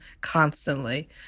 constantly